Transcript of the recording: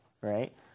right